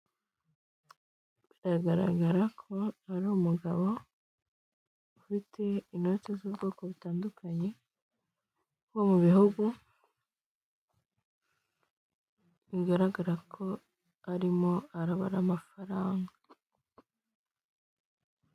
Biragaragara ko ari umugabo ufite inoti z'ubwoko butandukanye, wo mu bihugu, bigaragara ko arimo arabara amafaranga.